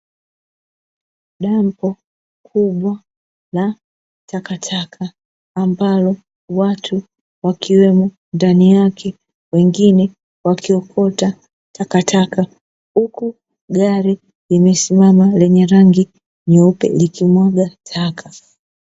Dampo kubwa la takataka, ambalo watu wakiwemo ndani yake, wengine wakiokota takataka, huku gari limesimama lenye rangi nyeupe likimwaga taka.